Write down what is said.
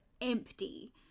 empty